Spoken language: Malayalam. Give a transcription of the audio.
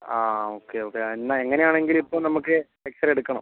ആ ഓക്കെ ഓക്കെ എന്നാൽ എങ്ങനെ ആണെങ്കിലും ഇപ്പം നമുക്ക് എക്സ്റേ എടുക്കണം